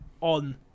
on